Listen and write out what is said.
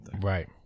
Right